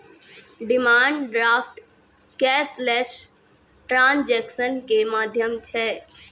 demand draft cashless transaction के माध्यम छै